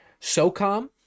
SOCOM